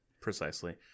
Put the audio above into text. Precisely